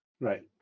Right